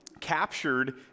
captured